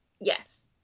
Yes